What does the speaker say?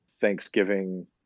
Thanksgiving